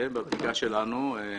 מה אתה מציע לנו לעשות?